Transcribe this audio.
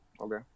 Okay